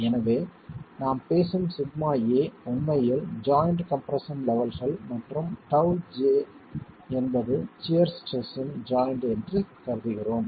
எனவே நாம் பேசும் σa உண்மையில் ஜாய்ண்ட் கம்ப்ரெஸ்ஸன் லெவல்கள் மற்றும் τj என்பது சியர் ஸ்ட்ரெஸ் இன் ஜாய்ண்ட் என்று கருதுகிறோம்